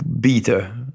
beater